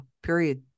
period